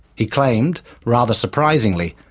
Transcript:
he claimed, rather surprisingly,